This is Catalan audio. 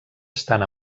estan